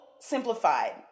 simplified